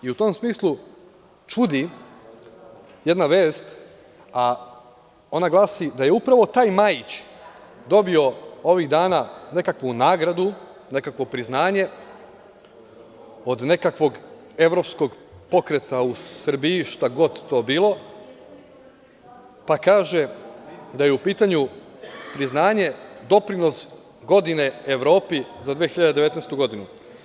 U tom smislu čudi jedna vest, a ona glasi, da je upravo taj Majić dobio ovih dana nekakvu nagradu, nekakvo priznanje, od nekakvog Evropskog pokreta u Srbiji, šta god to bilo, pa kaže da je u pitanju priznanje - doprinos godine Evropi za 2019. godinu.